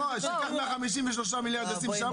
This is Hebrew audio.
לא, שייקח מה-53 מיליארד ש"ח וישים שם.